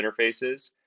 interfaces